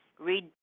Read